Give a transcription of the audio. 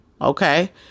okay